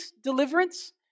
deliverance